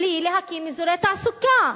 בלי להקים אזורי תעסוקה.